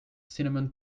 cinnamon